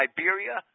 Iberia